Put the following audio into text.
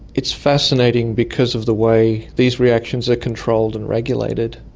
it's fascinating because of the way these reactions are controlled and regulated.